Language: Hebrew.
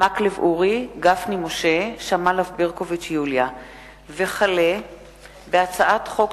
חוק פ/2478/18 וכלה בהצעת חוק